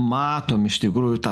matom iš tikrųjų tą